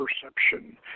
perception